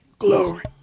Glory